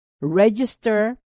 Register